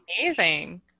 amazing